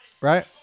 right